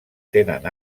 tenen